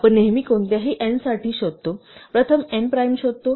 आपण नेहमी कोणत्याही n साठी शोधतो प्रथम n प्राइम शोधतो